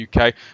uk